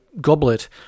goblet